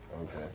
Okay